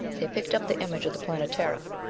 they picked up the image of the planetara.